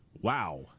wow